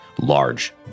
large